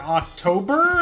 october